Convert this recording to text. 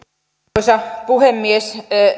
arvoisa puhemies